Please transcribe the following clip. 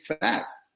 fast